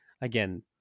again